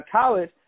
college